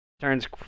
turns